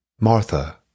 Martha